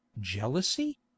Jealousy